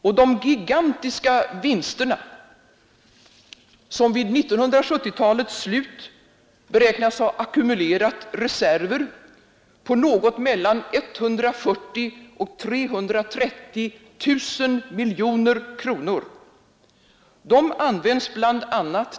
Och de gigantiska vinsterna, som vid 1970-talets slut beräknas ha ackumulerat reserver på något mellan 140 och 330 miljarder kronor, används bla.